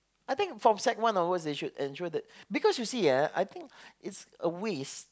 I think from sec one onwards they should ensure that because you see eh I think is a waste